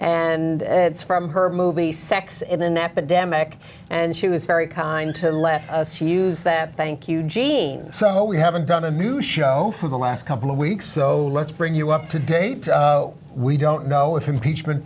and it's from her movie sex in a nap and demick and she was very kind to let us use that thank you jeanne so we haven't done a new show for the last couple of weeks so let's bring you up to date we don't know if impeachment